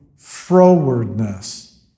frowardness